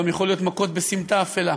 יכולות להיות גם מכות בסמטה אפלה.